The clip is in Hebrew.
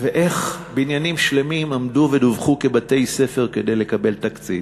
ואיך בניינים שלמים עמדו ודווחו כבתי-ספר כדי לקבל תקציב,